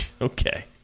Okay